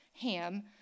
Ham